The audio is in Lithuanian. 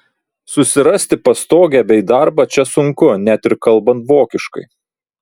susirasti pastogę bei darbą čia sunku net ir kalbant vokiškai